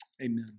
Amen